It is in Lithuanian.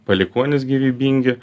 palikuonys gyvybingi